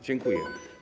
Dziękuję.